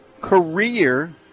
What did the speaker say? career